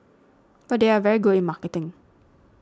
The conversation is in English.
but they are very good in marketing